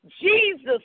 Jesus